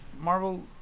Marvel